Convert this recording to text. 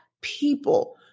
people